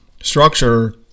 structure